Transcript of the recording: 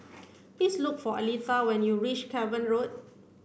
please look for Aletha when you reach Cavan Road